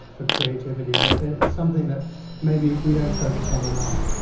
for creativity. it's something that maybe we don't focus on enough.